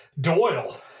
Doyle